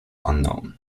unknown